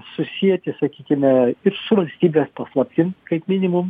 susieti susieti sakykime ir su valstybės paslaptim kaip minimum